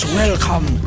welcome